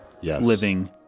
living